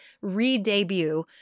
re-debut